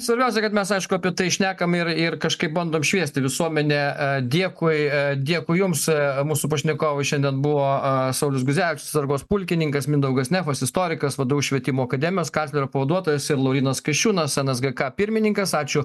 svarbiausia kad mes aišku apie tai šnekam ir ir kažkaip bandom šviesti visuomenę dėkui dėkui jums mūsų pašnekovai šiandien buvo saulius guzevičius atsargos pulkininkas mindaugas nefas istorikas vdu švietimo akademijos kanclerio pavaduotojas laurynas kasčiūnas nsgk pirmininkas ačiū